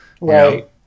Right